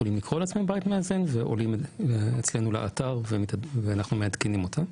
יכולים לקרוא לעצמם בית מאזן ועולים אצלנו לאתר ואנחנו מעדכנים אותם.